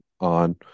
on